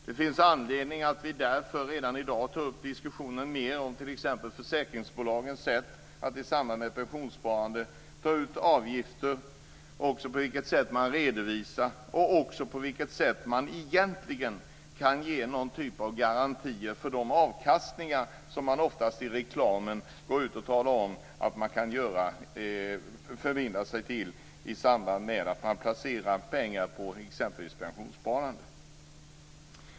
Det finns därför anledning att vi redan i dag tar upp diskussionen mer om t.ex. försäkringsbolagens sätt att i samband med pensionssparande ta ut avgifter. Det gäller det sätt på vilket de redovisar och också på vilket sätt de kan ge några garantier för de avkastningar som de oftast i reklamen går ut och talar om att man kan förbinda sig till i samband med att man placerar pengar på exempelvis pensionssparande.